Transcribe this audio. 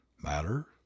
matter